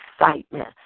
excitement